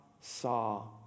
saw